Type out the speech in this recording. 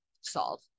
solve